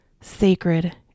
sacred